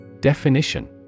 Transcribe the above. Definition